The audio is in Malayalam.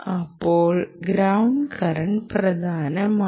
അപ്പോൾ ഗ്രൌണ്ട് കറന്റ് പ്രധാനമാണ്